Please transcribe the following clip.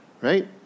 right